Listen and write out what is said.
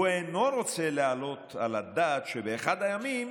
הוא אינו רוצה להעלות על הדעת שבאחד הימים